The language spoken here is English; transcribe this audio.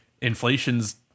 inflation's